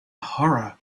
horror